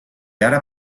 ara